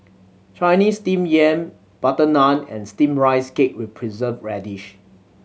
Chinese Steamed Yam butter naan and Steamed Rice Cake with Preserved Radish